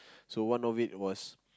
so one of it was